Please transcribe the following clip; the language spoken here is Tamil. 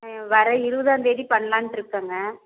வர இருபதாந்தேதி பண்ணலான்ட்டு இருக்கங்க